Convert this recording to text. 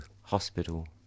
hospital